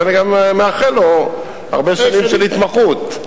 ואני גם מאחל לו הרבה שנים של התמחות,